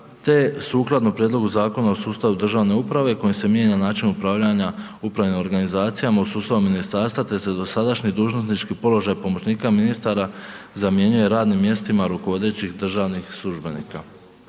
te sukladno prijedlogu Zakona o sustavu državne uprave, kojim se mijenja način upravljanja upravni organizacija, u sustavu ministarstva, te se dosadašnji dužnosnički položaj pomoćnika ministara, zamjenjuje radnim mjestima rukovodećih državnih službenika,